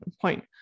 point